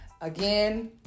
Again